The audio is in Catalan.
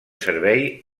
servei